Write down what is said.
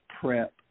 prep